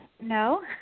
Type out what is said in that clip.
no